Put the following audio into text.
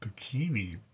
bikini